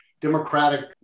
democratic